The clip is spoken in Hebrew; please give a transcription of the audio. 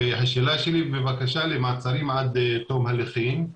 השאלה שלי היא לגבי בקשה למעצרים עד תום ההליכים.